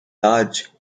large